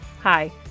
Hi